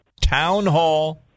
Townhall